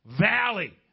Valley